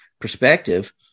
perspective